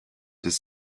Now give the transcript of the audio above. des